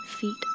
feet